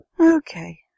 Okay